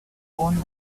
won